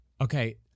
Okay